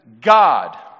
God